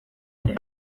ere